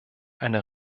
eine